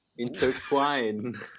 Intertwine